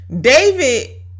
David